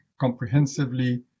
comprehensively